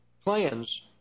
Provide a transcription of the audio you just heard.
plans